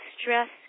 stress